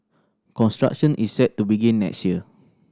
construction is set to begin next year